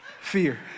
Fear